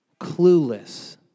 clueless